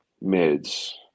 mids